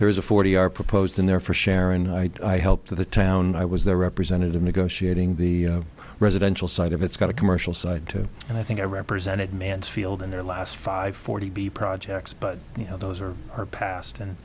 there is a forty hour proposed in there for sharon i helped the town i was the representative negotiating the residential side of it's got a commercial side too and i think i represented mansfield in their last five forty b projects but those are our past and